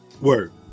Word